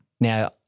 Now